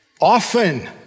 Often